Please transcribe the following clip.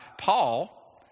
Paul